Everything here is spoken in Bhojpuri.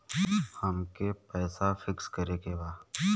अमके पैसा फिक्स करे के बा?